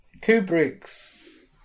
Kubrick's